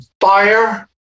Fire